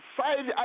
five